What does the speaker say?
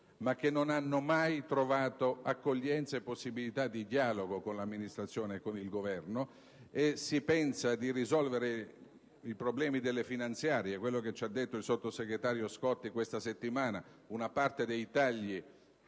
ma non hanno mai trovato accoglienza e possibilità di dialogo con l'amministrazione e con il Governo. Si pensa di risolvere i problemi finanziari. Questa settimana il sottosegretario Scotti ci ha detto che una parte dei tagli